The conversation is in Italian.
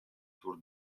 tour